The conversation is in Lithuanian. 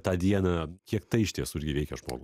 tą dieną kiek tai iš tiesų irgi veikia žmogų